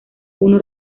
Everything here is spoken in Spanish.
uno